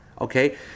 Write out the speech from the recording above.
Okay